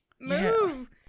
move